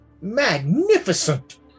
Magnificent